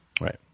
Right